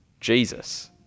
Jesus